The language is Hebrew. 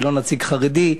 וגם לא נציג חרדי.